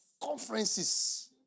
Conferences